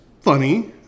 funny